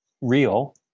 real